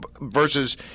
Versus